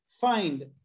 find